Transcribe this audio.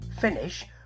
finish